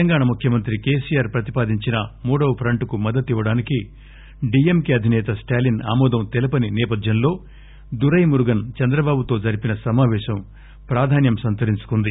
తెలంగాణ ముఖ్యమంత్రి కేసీఆర్ ప్రతిపాదించిన మూడవ ప్రంట్కు మద్దతు ఇవ్వడానికి డిఎంకె అధినేత స్లాలీస్ ఆమోదం తెలపని నేపథ్యంలో దురై మురుగస్ చంద్రబాబుతో జరిపిన సమావేశం ప్రాధాన్యం సంతరించుకుంది